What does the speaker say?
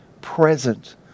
present